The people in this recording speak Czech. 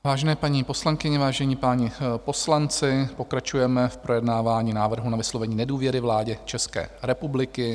Vážené paní poslankyně, vážení páni poslanci, pokračujeme v projednávání návrhu na vyslovení nedůvěry vládě České republiky.